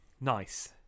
nice